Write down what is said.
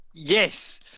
Yes